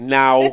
now